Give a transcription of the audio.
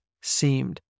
seemed